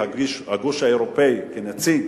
הגוש האירופי העמיד אותי כנציג